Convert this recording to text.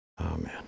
Amen